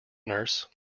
nurse